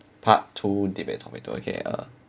part two debate topic two okay uh